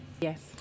yes